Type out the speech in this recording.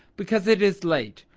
because it is late.